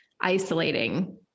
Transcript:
isolating